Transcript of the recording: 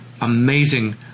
amazing